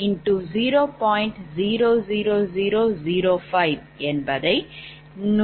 00005188